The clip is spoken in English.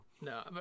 No